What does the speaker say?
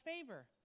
favor